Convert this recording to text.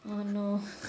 oh no